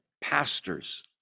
pastors